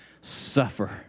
suffer